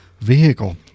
vehicle